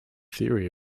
theory